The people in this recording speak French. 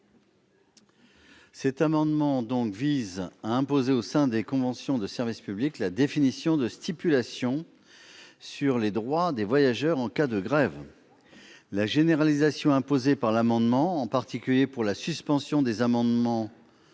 Cet amendement vise à imposer au sein des conventions de service public la définition de stipulations relatives aux droits des voyageurs en cas de grève. La généralisation imposée par l'amendement, en particulier pour la suspension des abonnements